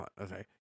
Okay